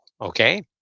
okay